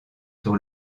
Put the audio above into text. sur